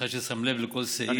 אחד ששם לב לכל סעיף.